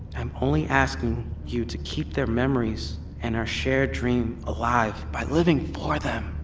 am only asking you to keep their memories and our shared dream alive by living for them,